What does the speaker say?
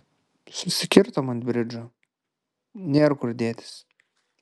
susikirtom ant bridžo nėr kur dėtis